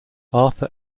arthur